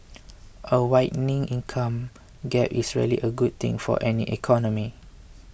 a widening income gap is rarely a good thing for any economy